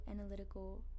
analytical